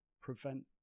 prevent